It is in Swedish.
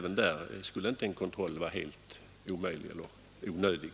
En kontroll skulle således inte heller härvidlag vara helt onödig.